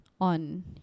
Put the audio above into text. on